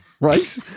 Right